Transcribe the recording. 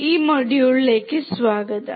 ഈ മൊഡ്യൂളിലേക്ക് സ്വാഗതം